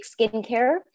skincare